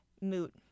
moot-